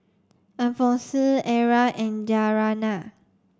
Alphonsine Ezra and Dariana